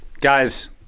guys